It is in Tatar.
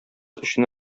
өчен